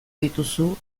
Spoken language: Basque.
dituzu